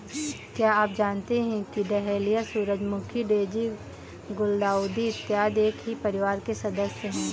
क्या आप जानते हैं कि डहेलिया, सूरजमुखी, डेजी, गुलदाउदी इत्यादि एक ही परिवार के सदस्य हैं